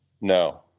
no